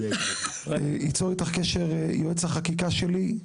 יצור איתך קשר יועץ החקיקה שלי,